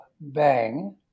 bang